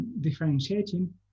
differentiating